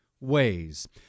ways